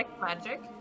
magic